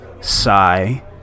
sigh